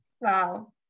Wow